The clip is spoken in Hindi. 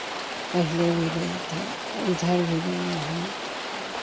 पहले भी गए थे आ इधर भी गए हैं